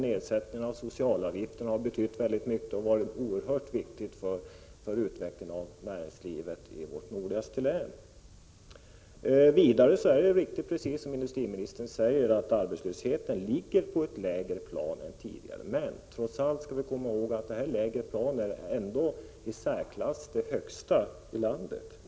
Nedsättningen av socialavgifter exempelvis har betytt oerhört mycket för utvecklingen i vårt nordligaste län. Sedan är det ju, som industriministern sade, alldeles riktigt att arbetslösheten är lägre nu än tidigare, men vi skall komma ihåg att arbetslösheten ändå är den i särklass högsta i landet.